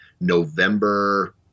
November